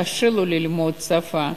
קשה לו ללמוד שפה.